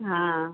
हाँ